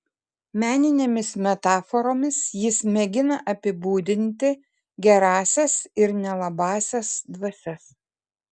meninėmis metaforomis jis mėgina apibūdinti gerąsias ir nelabąsias dvasias